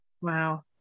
Wow